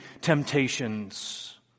temptations